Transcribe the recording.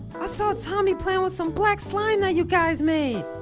i saw tommy playing with some black slime that you guys made.